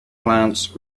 plants